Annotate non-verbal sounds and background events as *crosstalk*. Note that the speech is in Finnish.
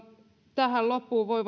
tähän loppuun voi *unintelligible*